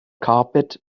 carpet